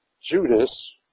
Judas